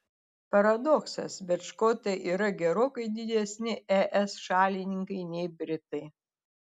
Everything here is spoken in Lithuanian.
paradoksas bet škotai yra gerokai didesni es šalininkai nei britai